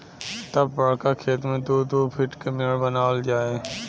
तब बड़का खेत मे दू दू फूट के मेड़ बनावल जाए